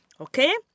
Okay